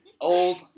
old